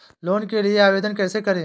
Loan के लिए आवेदन कैसे करें?